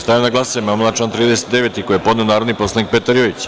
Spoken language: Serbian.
Stavljam na glasanje amandman na član 39. koji je podneo narodni poslanik Petar Jojić.